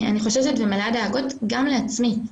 אני חוששת ומלאה דאגות גם לעצמי.